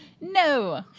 No